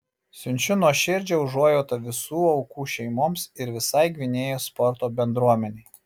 siunčiu nuoširdžią užuojautą visų aukų šeimoms ir visai gvinėjos sporto bendruomenei